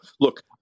look